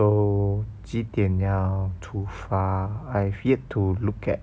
so 几点要出发 I've yet to look at